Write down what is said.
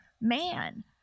man